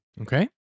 Okay